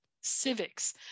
civics